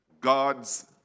God's